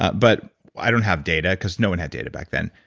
ah but i don't have data, cause no one had data back then.